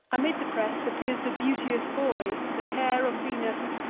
amid the press appears the beauteous boy, the care of venus,